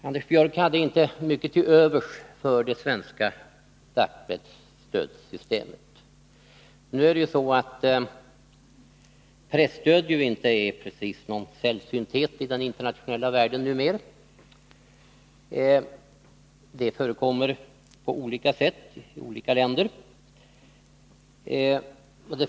Anders Björck hade inte mycket till övers för det svenska dagspresstödssystemet. Nu är det ju så att presstöd inte precis är någon sällsynthet ute i världen, utan det förekommer på olika sätt i olika länder.